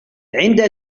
عند